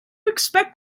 expect